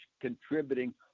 contributing